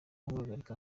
guhagarika